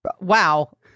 Wow